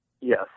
Yes